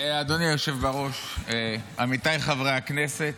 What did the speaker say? אדוני היושב בראש, עמיתיי חברי הכנסת,